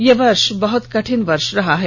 ये वर्ष बहुत कठिन वर्ष रहा है